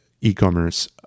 e-commerce